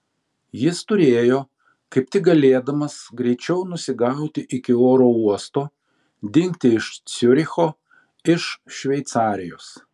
jis turėjo kaip tik galėdamas greičiau nusigauti iki oro uosto dingti iš ciuricho iš šveicarijos